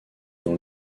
dans